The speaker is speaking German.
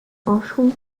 aufschwung